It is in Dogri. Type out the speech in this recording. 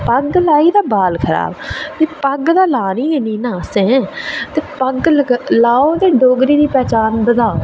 पग्ग लाई ते बाल खराब पग्ग ते लानी गै निं ऐ असें ते पग्ग लाओ ते डोगरी दी पन्छान बधाओ